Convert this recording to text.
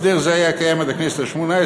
הסדר זה היה קיים עד הכנסת השמונה-עשרה,